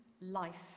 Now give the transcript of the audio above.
life